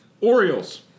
Orioles